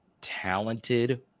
talented